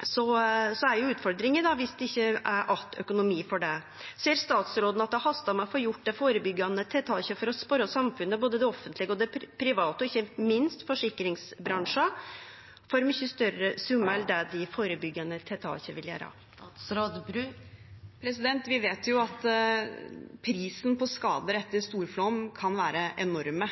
er det ei utfordring dersom det ikkje er att økonomi til det. Ser statsråden at det hastar med å få gjort dei førebyggjande tiltaka for å spare samfunnet, både det offentlege og det private og ikkje minst forsikringsbransjen, for mykje større summar enn det dei førebyggjande tiltaka vil kome på? Vi vet at prisen på skader etter storflom kan være enorm.